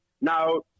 now